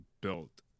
built